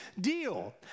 deal